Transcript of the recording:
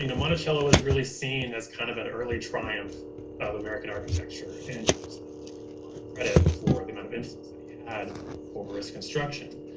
you know monticello was really seen as kind of an early triumph of american architecture and jefferson is really given a lot of credit for the amount of influence that he had over its construction.